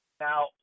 Now